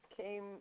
came